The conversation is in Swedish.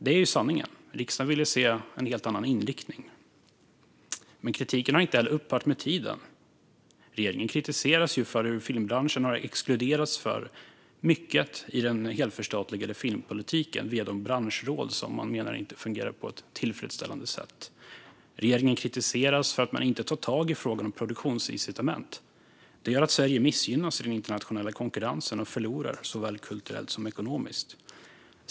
Det är sanningen; riksdagen ville se en helt annan inriktning. Kritiken har inte upphört med tiden. Regeringen kritiseras för hur filmbranschen har exkluderats från mycket i den helförstatligade filmpolitiken via de branschråd som man menar inte fungerar på ett tillfredsställande sätt. Regeringen kritiseras för att man inte tar tag i frågan om produktionsincitament, vilket gör att Sverige missgynnas i den internationella konkurrensen och förlorar såväl kulturellt som ekonomiskt.